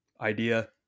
idea